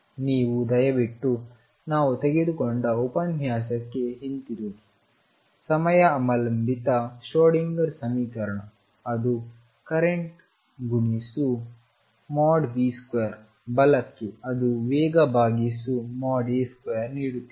ನೀವು ದಯವಿಟ್ಟು ನಾವು ತೆಗೆದುಕೊಂಡ ಉಪನ್ಯಾಸಕ್ಕೆ ಹಿಂತಿರುಗಿ ಸಮಯ ಅವಲಂಬಿತ ಶ್ರೋಡಿಂಗರ್ ಸಮೀಕರಣ ಅದು ಕರೆಂಟ್ ಗುಣಿಸು B2ಬಲಕ್ಕೆ ಅದು ವೇಗ ಭಾಗಿಸು A2 ನೀಡುತ್ತಿತ್ತು